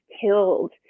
killed